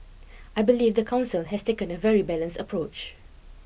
I believe the council has taken a very balanced approach